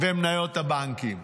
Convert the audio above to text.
מניות הבנקים.